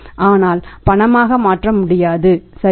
ஆனால் பணமாக மாற்ற முடியாது சரியா